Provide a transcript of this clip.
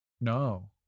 No